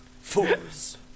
Fools